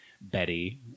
betty